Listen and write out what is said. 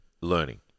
learning